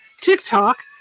TikTok